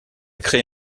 créé